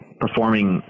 performing